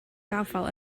gafael